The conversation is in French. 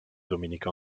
dominique